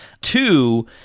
Two